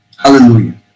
Hallelujah